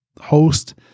host